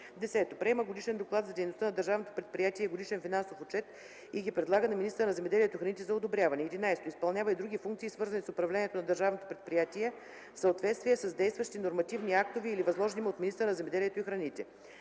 10. приема годишен доклад за дейността на държавното предприятие и годишен финансов отчет и ги предлага на министъра на земеделието и храните за одобряване; 11. изпълнява и други функции, свързани с управлението на държавното предприятие, в съответствие с действащите нормативни актове или възложени му от министъра на земеделието и храните.